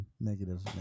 negative